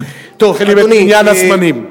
נתחיל במניין הזמנים.